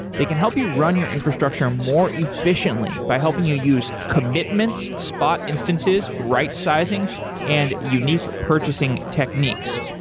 they can help you run your infrastructure more efficiently by helping you use commitments, spot instances, right sizing and unique purchasing techniques.